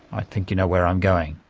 i think you know where i'm going.